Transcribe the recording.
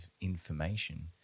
information